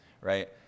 right